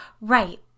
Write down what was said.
Right